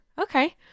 okay